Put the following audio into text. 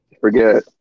Forget